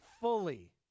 fully